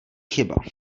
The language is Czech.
chyba